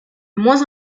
moins